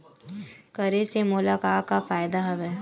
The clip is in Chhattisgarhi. करे से मोला का का फ़ायदा हवय?